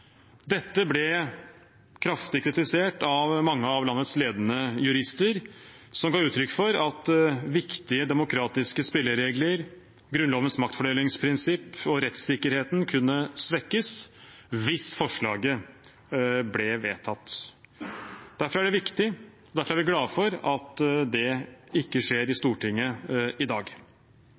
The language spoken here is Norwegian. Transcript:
Dette ble kraftig kritisert av mange av landets ledende jurister, som ga uttrykk for at viktige demokratiske spilleregler, Grunnlovens maktfordelingsprinsipp og rettssikkerheten kunne svekkes hvis forslaget ble vedtatt. Derfor er det viktig, og derfor er vi glade for, at det ikke skjer i Stortinget i dag.